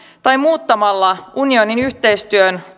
tai muuttamalla unionin yhteistyön